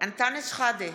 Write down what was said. אנטאנס שחאדה,